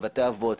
בבתי אבות.